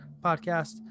podcast